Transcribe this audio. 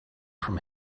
from